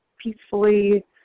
peacefully